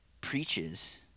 preaches